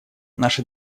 наша